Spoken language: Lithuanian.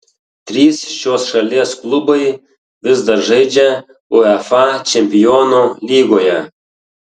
trys šios šalies klubai vis dar žaidžia uefa čempionų lygoje